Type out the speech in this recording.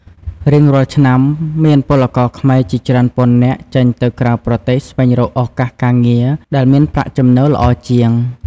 រៀងរាល់ឆ្នាំ មានពលករខ្មែរជាច្រើនពាន់នាក់ចេញទៅក្រៅប្រទេសស្វែងរកឱកាសការងារដែលមានប្រាក់ចំណូលល្អជាង។